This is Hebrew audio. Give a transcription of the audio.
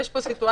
אני רוצה לציין